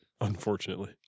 Unfortunately